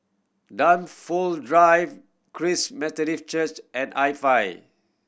Dunfold Drive Christ Methodist Church and